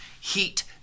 Heat